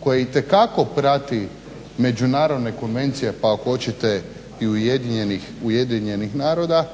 koji itekako prati međunarodne konvencije. Pa ako hoćete i UN-a,